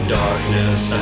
darkness